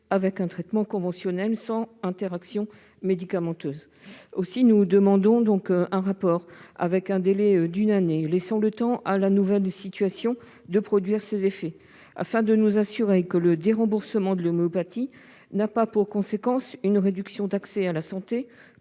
avec un traitement conventionnel sans interaction médicamenteuse. Aussi demandons-nous un rapport, avec un délai d'un an laissant le temps à la nouvelle situation de produire ses effets, afin de nous assurer que le déremboursement de l'homéopathie n'a pas pour conséquence une réduction de l'accès à la santé